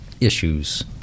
issues